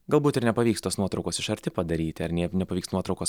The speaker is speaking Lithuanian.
galbūt ir nepavyks tos nuotraukos iš arti padaryti ar ne nepavyks nuotraukos